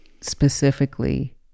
specifically